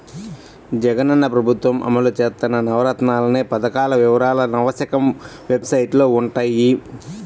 జగనన్న ప్రభుత్వం అమలు చేత్తన్న నవరత్నాలనే పథకాల వివరాలు నవశకం వెబ్సైట్లో వుంటయ్యి